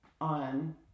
on